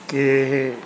ਕਿ ਇਹ